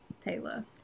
Taylor